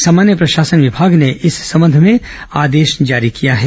सामान्य प्रशासन विभाग ने इस संबंध में आदेश जारी किया है